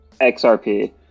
XRP